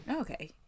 okay